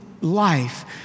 life